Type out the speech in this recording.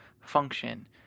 function